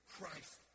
Christ